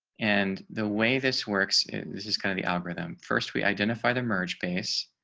and the way this works is kind of the algorithm. first we identify the merge base,